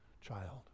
child